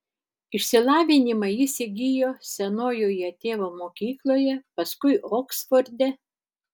išsilavinimą jis įgijo senojoje tėvo mokykloje paskui oksforde